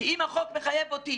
כי אם החוק מחייב אותי